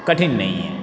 कठिन नहीं है